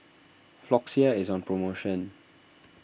Floxia is on promotion